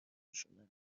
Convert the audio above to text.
خشونت